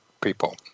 people